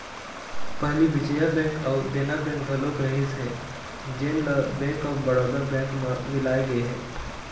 पहली विजया बेंक अउ देना बेंक घलोक रहिस हे जेन ल बेंक ऑफ बड़ौदा बेंक म मिलाय गे हे